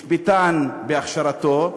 משפטן בהכשרתו,